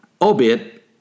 albeit